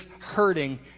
hurting